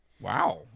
Wow